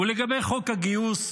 ולגבי חוק הגיוס,